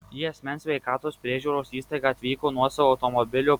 į asmens sveikatos priežiūros įstaigą atvyko nuosavu automobiliu